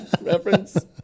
reference